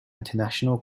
international